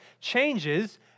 changes